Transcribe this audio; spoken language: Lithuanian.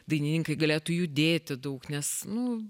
dainininkai galėtų judėti daug nes nu